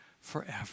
forever